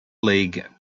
league